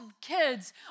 kids